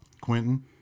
Quentin